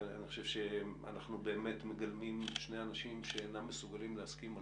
אני חושב שאנחנו שני אנשים שאינם מסוגלים להסכים על